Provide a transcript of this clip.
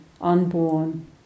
unborn